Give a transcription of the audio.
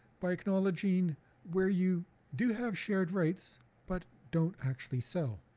by acknowledging where you do have shared rights but don't actually sell.